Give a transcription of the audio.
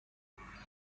سرماخوردگی